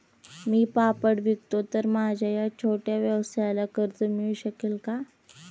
मी पापड विकतो तर माझ्या या छोट्या व्यवसायाला कर्ज मिळू शकेल का?